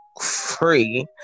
free